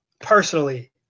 personally